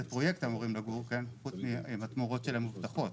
פרויקט הם אמורים לגור והתמורות שלהם מובטחות.